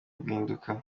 guhinduka